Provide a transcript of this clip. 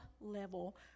level